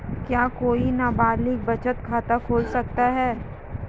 क्या कोई नाबालिग बचत खाता खोल सकता है?